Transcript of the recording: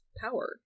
power